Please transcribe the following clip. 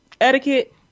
etiquette